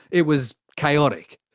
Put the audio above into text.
it was chaotic.